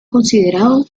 considerado